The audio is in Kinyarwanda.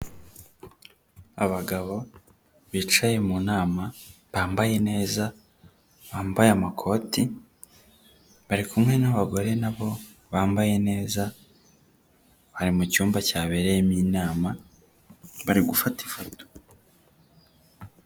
Abagabo bicaye mu nama bambaye neza, bambaye amakoti bari kumwe n'abagore nabo bambaye neza bari mu cyumba cyabereyemo inama, bari gufata ifoto.